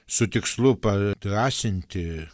su tikslu padrąsinti